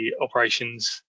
operations